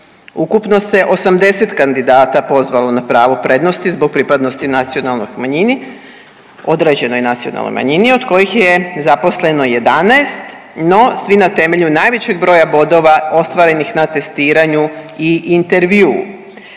Ukupno se 80 kandidata pozvalo na pravo prednosti zbog pripadnosti nacionalnoj manjini, određenoj nacionalnoj manjini od kojih je zaposleno 11, no svi na temelju najvećeg broja bodova ostvarenih na testiranju i intervjuu,